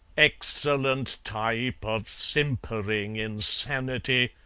excellent type of simpering insanity!